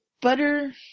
butter